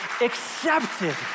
accepted